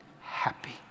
happy